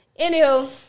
Anywho